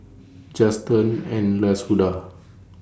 Juston and Lashunda